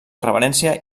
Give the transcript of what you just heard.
reverència